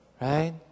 right